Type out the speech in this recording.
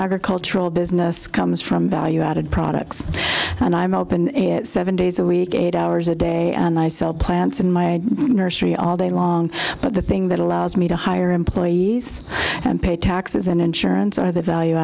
agricultural business comes from value added products and i'm open seven days a week eight hours a day and i sell plants in my nursery all day long but the thing that allows me to hire employees and pay taxes and insurance are the value